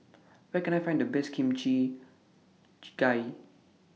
Where Can I Find The Best Kimchi Jjigae